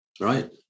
right